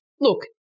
Look